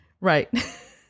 right